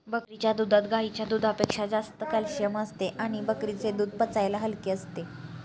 बकरीच्या दुधात गाईच्या दुधापेक्षा जास्त कॅल्शिअम असते आणि बकरीचे दूध पचायला हलके असते